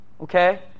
okay